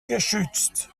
geschützt